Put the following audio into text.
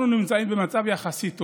אנחנו נמצאים במצב יחסית טוב.